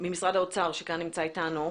ממשרד האוצר שנמצא אתנו.